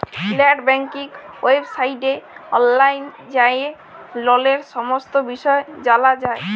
late banking ওয়েবসাইটে অললাইল যাঁয়ে ললের সমস্ত বিষয় জালা যায়